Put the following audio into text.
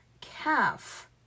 calf